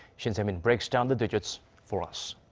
shin se-min breaks down the digits for us.